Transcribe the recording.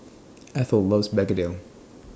Ethyl loves Begedil